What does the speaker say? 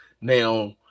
Now